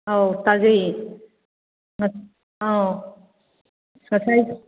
ꯑꯧ ꯇꯥꯖꯩꯌꯦ ꯑꯥꯎ ꯉꯁꯥꯏ